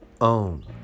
own